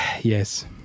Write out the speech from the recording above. Yes